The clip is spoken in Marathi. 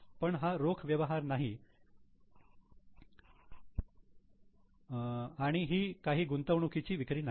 पण हा रोख व्यवहार नाही कारण पण ही काही गुंतवणुकीची विक्री नव्हे